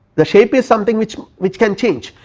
the shape is something which which can change,